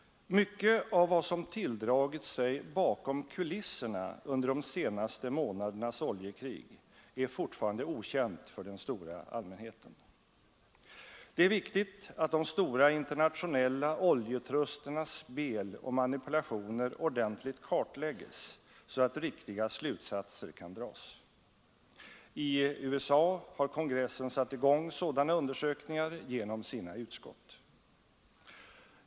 Mycket av vad som tilldragit sig bakom kulisserna under de senaste månadernas oljekrig är fortfarande okänt för den stora allmänheten. Det är viktigt att de stora internationella oljetrusternas spel och manipulationer ordentligt kartlägges, så att riktiga slutsatser kan dras. I USA har kongressen satt i gång sådana undersökningar genom sina utskott.